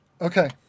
Okay